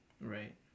right